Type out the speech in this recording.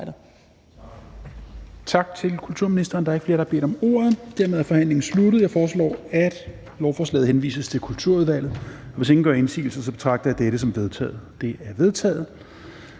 Tak til kulturministeren. Der er ikke flere, der har bedt om ordet, og dermed er forhandlingen sluttet. Jeg foreslår, at lovforslaget henvises til Kulturudvalget. Hvis ingen gør indsigelse, betragter jeg dette som vedtaget. Det er vedtaget.